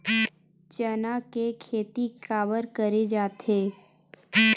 चना के खेती काबर करे जाथे?